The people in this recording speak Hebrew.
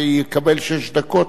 ויקבל שש דקות.